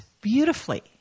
Beautifully